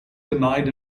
denied